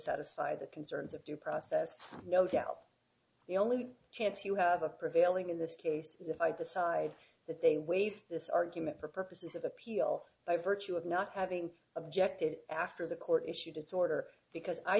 satisfy the concerns of due process have no doubt the only chance you have a prevailing in this case is if i decide that they waive this argument for purposes of appeal by virtue of not having objected after the court issued its order because i